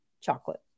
chocolate